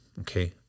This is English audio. Okay